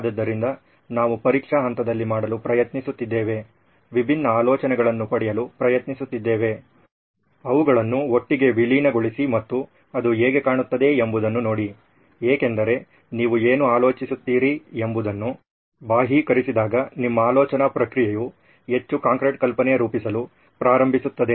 ಆದ್ದರಿಂದ ನಾವು ಪರೀಕ್ಷಾ ಹಂತದಲ್ಲಿ ಮಾಡಲು ಪ್ರಯತ್ನಿಸುತ್ತಿದ್ದೇವೆ ವಿಭಿನ್ನ ಆಲೋಚನೆಗಳನ್ನು ಪಡೆಯಲು ಪ್ರಯತ್ನಿಸುತ್ತಿದ್ದೇವೆ ಅವುಗಳನ್ನು ಒಟ್ಟಿಗೆ ವಿಲೀನಗೊಳಿಸಿ ಮತ್ತು ಅದು ಹೇಗೆ ಕಾಣುತ್ತದೆ ಎಂಬುದನ್ನು ನೋಡಿ ಏಕೆಂದರೆ ನೀವು ಏನು ಆಲೋಚಿಸುತ್ತೀರಿ ಎಂಬುದನ್ನು ಬಾಹ್ಯೀಕರಿಸಿದಾಗ ನಿಮ್ಮ ಆಲೋಚನಾ ಪ್ರಕ್ರಿಯೆಯು ಹೆಚ್ಚು ಕಾಂಕ್ರೀಟ್ ಕಲ್ಪನೆ ರೂಪಿಸಲು ಪ್ರಾರಂಭಿಸುತ್ತದೆ